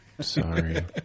Sorry